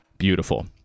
beautiful